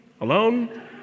alone